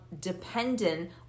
Dependent